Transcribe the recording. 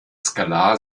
skalar